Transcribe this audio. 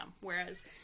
whereas